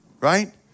right